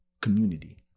community